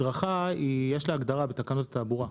מדרכה, יש לה הגדרה בתקנות התעבורה.